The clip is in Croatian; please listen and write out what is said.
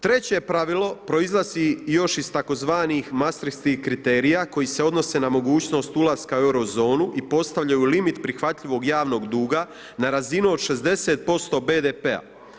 Treće pravilo proizlazi još iz tzv. mastritskih kriterija koji se odnose na mogućnost ulaska u euro zonu i postavljaju limit prihvatljivog javnog duga na razinu od 60% BDP-a.